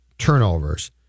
turnovers